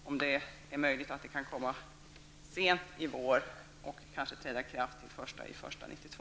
Kan förslag om detta komma sent i vår och kanske träda i kraft den 1 januari 1992?